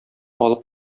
алып